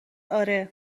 آره